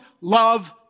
love